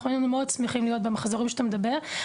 אנחנו היינו מאוד שמחים להיות במחזורים שאתה מדבר עליהם.